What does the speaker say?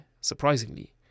surprisingly